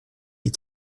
est